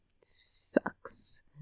sucks